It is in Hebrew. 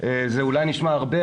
זה אולי נשמע הרבה,